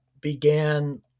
began